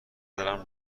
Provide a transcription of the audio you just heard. دارم